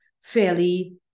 fairly